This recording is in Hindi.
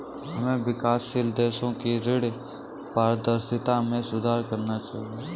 हमें विकासशील देशों की ऋण पारदर्शिता में सुधार करना चाहिए